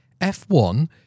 F1